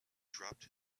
dropped